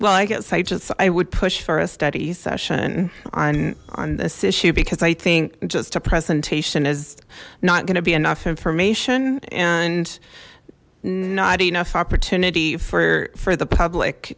just i would push for a study session on on this issue because i think just a presentation is not going to be enough information and not enough opportunity for for the public